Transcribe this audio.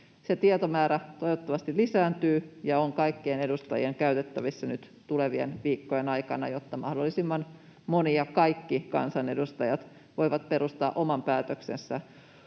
tietomäärä toivottavasti lisääntyy ja on kaikkien edustajien käytettävissä nyt tulevien viikkojen aikana, jotta mahdollisimman moni ja kaikki kansanedustajat voivat perustaa oman päätöksensä